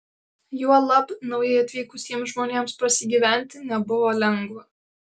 juolab naujai atvykusiems žmonėms prasigyventi nebuvo lengva